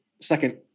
second